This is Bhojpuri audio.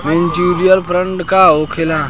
म्यूचुअल फंड का होखेला?